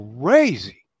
crazy